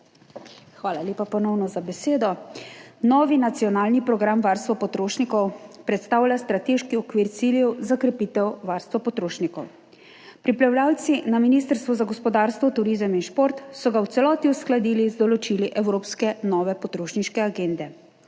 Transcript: Hvala lepa, ponovno, za besedo. Novi nacionalni program varstva potrošnikov predstavlja strateški okvir ciljev za krepitev varstva potrošnikov. Pripravljavci na Ministrstvu za gospodarstvo, turizem in šport so ga v celoti uskladili z določili evropske nove potrošniške agende.